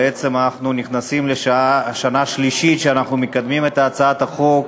בעצם אנחנו נכנסים לשנה השלישית שאנחנו מקדמים את הצעת החוק.